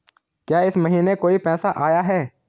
क्या इस महीने कोई पैसा आया है?